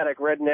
redneck